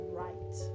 right